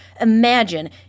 Imagine